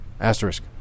Asterisk